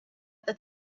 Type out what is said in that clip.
the